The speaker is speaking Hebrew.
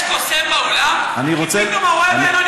יש קוסם באולם, להופיע.